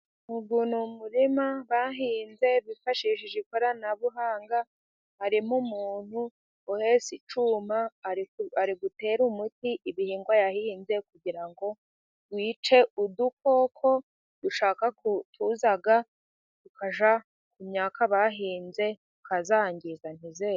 Uyu ni umurima bahinze bifashishije ikoranabuhanga, harimo umuntu uhetse icyuma ari gutera umuti ibihingwa yahinze, kugira ngo wice udukoko tuza tukajya ku myaka bahinze tukayangiza ntiyeri.